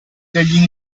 degli